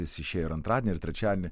jis išėjo ir antradienį ir trečiadienį